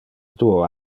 duo